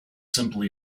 simply